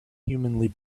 humanly